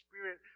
Spirit